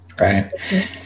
Right